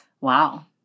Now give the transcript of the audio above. wow